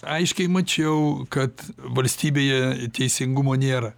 aiškiai mačiau kad valstybėje teisingumo nėra